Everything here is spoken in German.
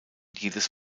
jedes